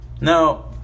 Now